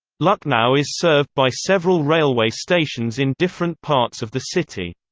lucknow is served by several railway stations in different parts of the city.